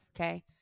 Okay